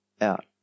out